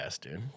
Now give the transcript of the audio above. dude